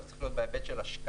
זה צריך להיות בהיבט של השקעה,